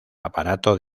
aparato